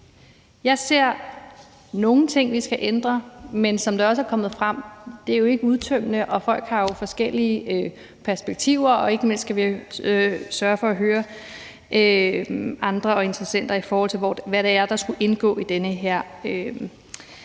Jeg ser nogle ting, vi skal ændre, men som det også er kommet frem, er det jo ikke udtømmende. Folk har forskellige perspektiver, og ikke mindst skal vi sørge for at høre andre interessenter om, hvad det er, der skal indgå i den her